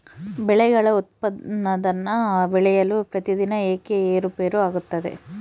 ಬೆಳೆಗಳ ಉತ್ಪನ್ನದ ಬೆಲೆಯು ಪ್ರತಿದಿನ ಏಕೆ ಏರುಪೇರು ಆಗುತ್ತದೆ?